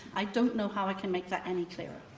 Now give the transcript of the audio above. i don't know how i can make that any clearer.